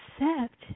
accept